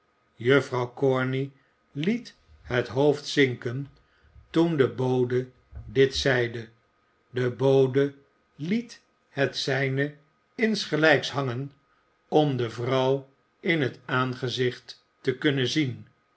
juffrouw corney liet het hoofd zinken toen de bode dit zeide de bode liet het zijne insgelijks hangen om de vrouw in het aangezicht te kunnen zien